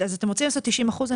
קרן: אתם רוצים לעשות 90 אחוזים?